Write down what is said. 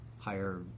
higher